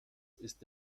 ist